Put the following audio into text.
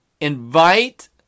invite